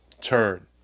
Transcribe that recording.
turn